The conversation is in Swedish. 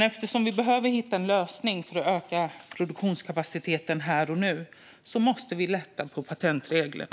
Eftersom vi behöver hitta en lösning för att öka produktionskapaciteten här och nu måste vi lätta på patentreglerna.